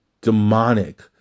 demonic